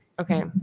Okay